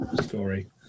story